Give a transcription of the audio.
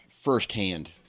firsthand